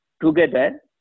together